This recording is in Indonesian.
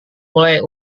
mulai